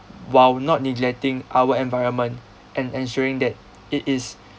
while not neglecting our environment and ensuring that it is